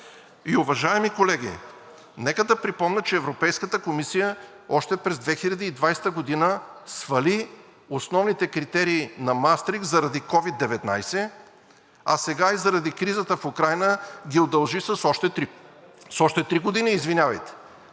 Уважаеми колеги, нека да припомня, че Европейската комисия още през 2020 г. свали основните критерии на Маастрихт заради COVID-19, а сега и заради кризата в Украйна ги удължи с още три години. Не